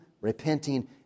repenting